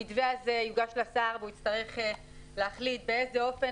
המתווה הזה יוגש לשר והוא יצטרך להחליט באיזה אופן